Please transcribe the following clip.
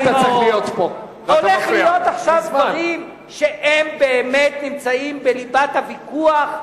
הולכים להיות עכשיו דברים שבאמת נמצאים בליבת הוויכוח,